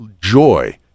joy